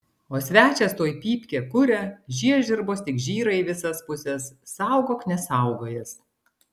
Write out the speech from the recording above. o svečias tuoj pypkę kuria žiežirbos tik ir žyra į visas puses saugok nesaugojęs